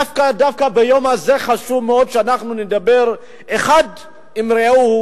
דווקא ביום הזה חשוב מאוד שאנחנו נדבר אחד עם רעהו,